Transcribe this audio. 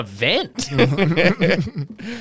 event